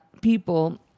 people